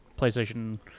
PlayStation